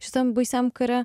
šitam baisiam kare